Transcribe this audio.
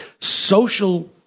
social